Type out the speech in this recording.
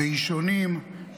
בעישונים,